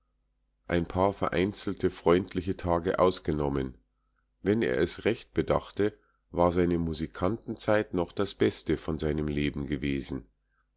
ein paar vereinzelte freundliche tage ausgenommen wenn er es recht bedachte war seine musikantenzeit noch das beste von seinem leben gewesen